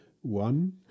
One